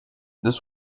this